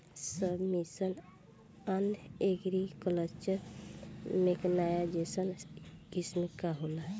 सब mission on agriculture mechanisation scheme का होला?